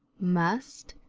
must,